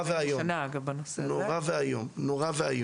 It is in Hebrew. זה נורא ואיום.